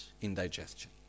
indigestion